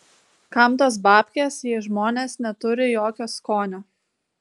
kam tos babkės jei žmonės neturi jokio skonio